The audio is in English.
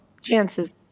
chances